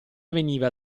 veniva